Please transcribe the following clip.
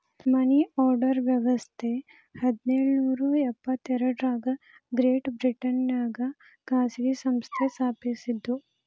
ಮನಿ order ವ್ಯವಸ್ಥ ಹದಿನೇಳು ನೂರ ಎಪ್ಪತ್ ಎರಡರಾಗ ಗ್ರೇಟ್ ಬ್ರಿಟನ್ನ್ಯಾಗ ಖಾಸಗಿ ಸಂಸ್ಥೆ ಸ್ಥಾಪಸಿದ್ದು